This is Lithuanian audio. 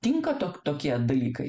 tinka tok tokie dalykai